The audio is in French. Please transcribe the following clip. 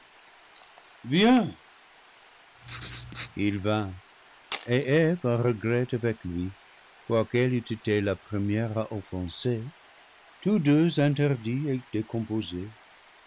il vint et eve à regret avec lui quoiqu'elle eût été la première à offenser tous deux interdits et décomposés